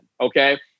okay